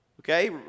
Okay